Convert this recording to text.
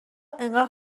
انقدر